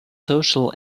social